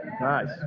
Nice